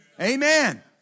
Amen